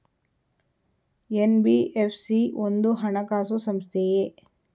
NBFC ಒಂದು ಹಣಕಾಸು ಸಂಸ್ಥೆಯೇ?